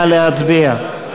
נא להצביע.